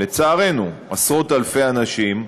לצערנו, עשרות-אלפי אנשים,